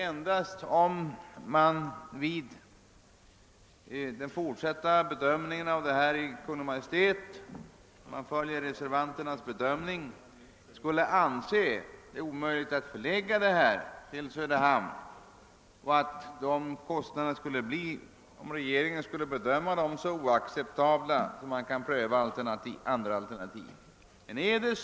Endast i sådant fall att Kungl. Maj:t skulle anse det omöjligt att förlägga industrin till Söderhamn enär de kostnader som uppstår bedömes oacceptabla, borde man pröva andra alternativ.